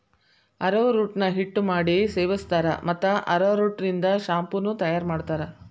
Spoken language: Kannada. ಅರೋರೂಟ್ ನ ಹಿಟ್ಟ ಮಾಡಿ ಸೇವಸ್ತಾರ, ಮತ್ತ ಅರೋರೂಟ್ ನಿಂದ ಶಾಂಪೂ ನು ತಯಾರ್ ಮಾಡ್ತಾರ